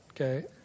okay